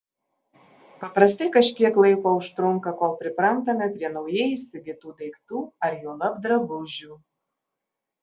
paprastai kažkiek laiko užtrunka kol priprantame prie naujai įsigytų daiktų ar juolab drabužių